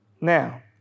Now